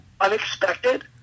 unexpected